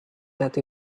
that